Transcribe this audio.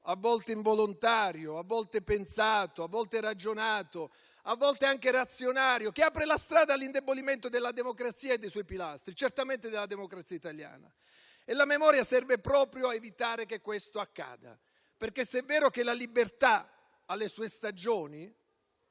a volte involontario, a volte pensato, a volte ragionato, a volte anche reazionario che apra la strada all'indebolimento della democrazia e dei suoi pilastri, certamente della democrazia italiana. La memoria serve proprio a evitare che questo accada, perché se è vero che la libertà ha le sue stagioni